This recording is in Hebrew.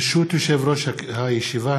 ברשות יושב-ראש הישיבה,